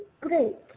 break